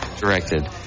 directed